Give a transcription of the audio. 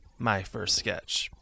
MyFirstSketch